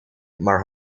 maar